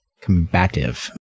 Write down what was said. combative